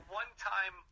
one-time